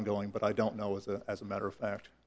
ongoing but i don't know as a as a matter of fact